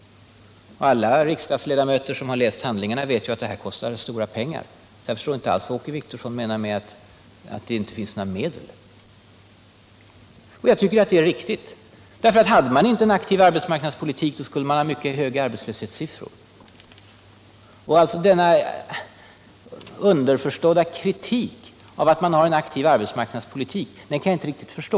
Alla riksdagsledamöter som har läst handlingarna vet ju att detta kostar stora pengar, så jag förstår inte alls vad Åke Wictorsson menar med att säga att det inte finns några medel. Jag tycker också att denna arbetsmarknadspolitik är riktig. Hade vi inte någon arbetsmarknadspolitik skulle vi ha radikalt mycket högre arbetslöshetssiffror. Denna underförstådda kritik av att vi för en aktiv arbetsmarknadspolitik kan jag därför inte förstå.